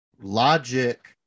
logic